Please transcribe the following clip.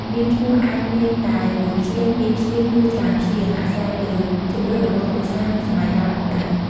នាមឈ្មោះអាចមានតែមួយព្យាង្គ ពីរព្យាង្គ ឬ ច្រើនព្យាង្គ អាស្រ័យលើជម្រើសរបស់គ្រួសារ និងសម័យកាលផងដែរ។